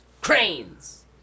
Cranes